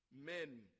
men